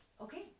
Okay